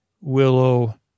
Willow